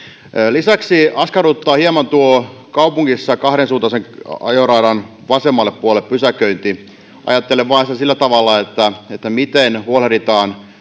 lisäksi askarruttaa hieman tuo kahdensuuntaisen ajoradan vasemmalle puolelle pysäköinti kaupungissa ajattelen vain sen sillä tavalla että miten huolehditaan